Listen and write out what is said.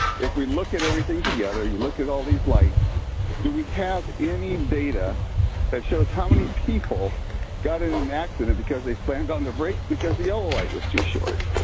if we look at everything together, you look at all these lights do we have any data that shows how many people got in an accident because they slammed on their brakes because the yellow light was too short?